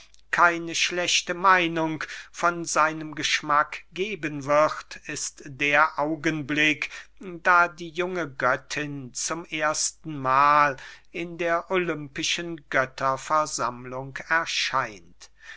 keine schlechte meinung von seinem geschmack geben wird ist der augenblick da die junge göttin zum ersten mahl in der olympischen götterversammlung erscheint